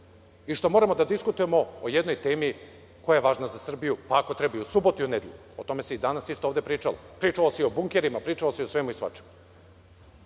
i što moramo da diskutujemo o jedno temi koja je važna za Srbiju, pa ako treba i u subotu i u nedelju. O tome se danas isto ovde pričalo. Pričalo se i o bunkerima, pričalo se o svemu i svačemu. Pričalo